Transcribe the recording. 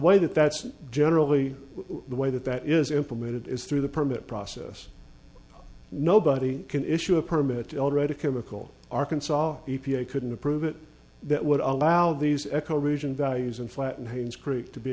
way that that's generally the way that that is implemented is through the permit process nobody can issue a permit already chemical arkansas e p a couldn't approve it that would allow these eco vision values and flattened homes creek to be